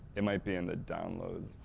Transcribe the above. it might be in the downloads,